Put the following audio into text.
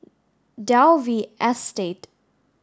Dalvey Estate